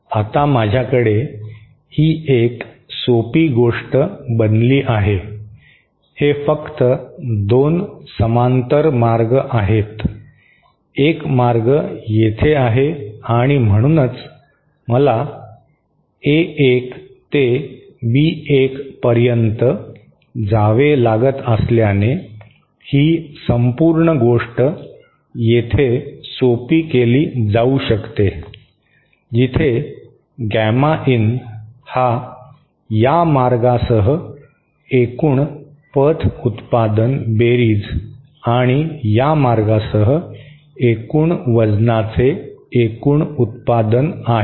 आता माझ्याकडे ही एक सोपी गोष्ट बनली आहे हे फक्त 2 समांतर मार्ग आहेत एक मार्ग येथे आहे आणि म्हणूनच मला ए 1 ते बी 1 पर्यंत जावे लागत असल्याने ही संपूर्ण गोष्ट येथे सोपी केली जाऊ शकते जिथे गॅमा इन हा या मार्गासह एकूण पथ उत्पादन बेरीज आणि या मार्गासह एकूण वजनाचे एकूण उत्पादन आहे